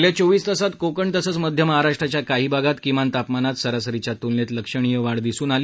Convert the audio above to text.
गेल्या चोवीस तासांत कोकण तसंच महाराष्ट्राच्या काही भागात किमान तापमानात सरासरीच्या त्लनेत लक्षणीय वाढ दिसून आली